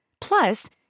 Plus